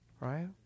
Right